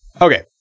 Okay